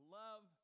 love